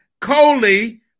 Coley